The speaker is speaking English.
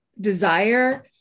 desire